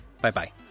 Bye-bye